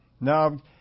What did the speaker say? No